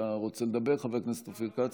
אתה רוצה לדבר, חבר הכנסת אופיר כץ?